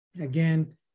again